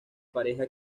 pareja